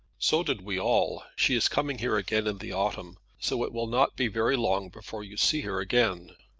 so did we all. she is coming here again in the autumn so it will not be very long before you see her again.